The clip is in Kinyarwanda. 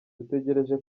dutegereje